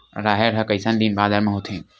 राहेर ह कइसन दिन बादर म होथे?